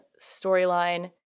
storyline